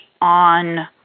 on